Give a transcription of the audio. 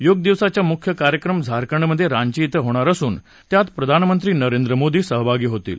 योग दिवसाचा मुख्य कार्यक्रम झारखंडमध्ये रांची धि होणार असून त्यात प्रधानमंत्री नरेंद्र मोदी सहभागी होतील